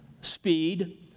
speed